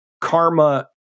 karma